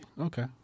Okay